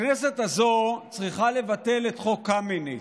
הכנסת הזאת צריכה לבטל את חוק קמיניץ,